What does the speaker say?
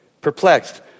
Perplexed